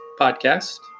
podcast